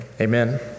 amen